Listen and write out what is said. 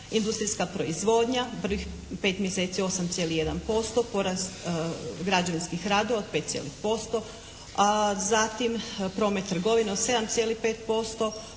industrijska proizvodnja, prvih 5 mjeseci 8,1% porast građevinskih radova od 5 cijelih posto. Zatim, promet trgovine od 7,5%,